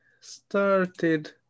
started